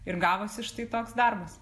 ir gavosi štai toks darbas